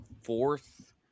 fourth